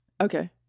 Okay